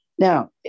Now